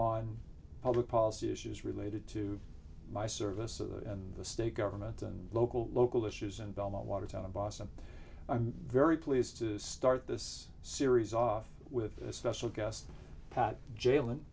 on public policy issues related to my service of the state government and local local issues and belmont watertown to boston i'm very pleased to start this series off with a special guest pat ja